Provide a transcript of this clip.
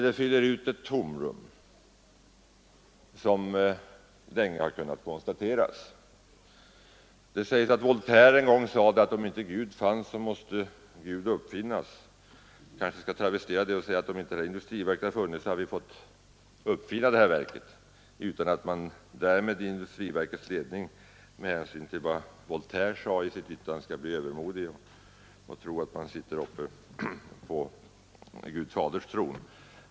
Det fyller ut ett tomrum som länge har kunnat konstateras. Voltaire sade en gång, att om inte Gud fanns måste han uppfinnas. Jag kanske kan travestera det och säga, att om inte industriverket hade funnits hade vi måst uppfinna det, utan att man därmed i industriverkets ledning med tanke på vad Voltaire sade skall bli övermodig och tro att man sitter uppe på Gud faders tron.